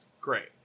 Great